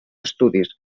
estudis